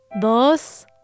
Dos